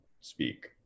speak